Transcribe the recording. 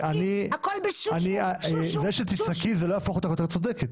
גברתי, זה שתצעקי זה לא יהפוך אותך ליותר צודקת.